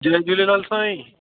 जय झूलेलाल साईं